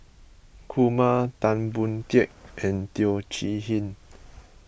Kumar Tan Boon Teik and Teo Chee Hean